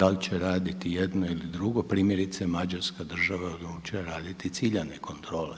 Da li će raditi jedno ili drugo, primjerice Mađarska država odlučila je raditi ciljane kontrole